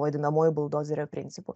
vadinamuoju buldozerio principu